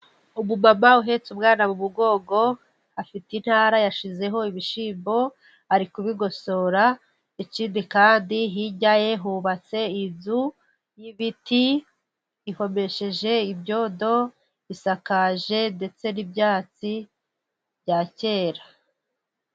Umumama uhetse umwana mu mugongo, afite intara yashyizeho ibishyimbo ari kubigosora. Ikindi kandi hirya ye hubatse inzu y'ibiti ihomesheje ibyodo, isakaje ndetse n'ibyatsi bya kera.